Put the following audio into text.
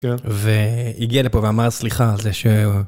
והגיע לפה ואמר סליחה על זה ש...